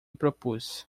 propus